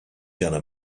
gonna